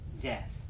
death